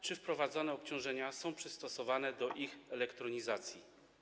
Czy wprowadzone obciążenia są przystosowane do ich elektronizacji?